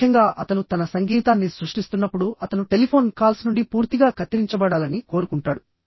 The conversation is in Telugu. ముఖ్యంగా అతను తన సంగీతాన్ని సృష్టిస్తున్నప్పుడు అతను టెలిఫోన్ కాల్స్ నుండి పూర్తిగా కత్తిరించబడాలని కోరుకుంటాడు